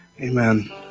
Amen